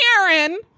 karen